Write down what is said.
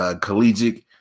collegiate